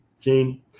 Gene